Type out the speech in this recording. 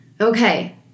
Okay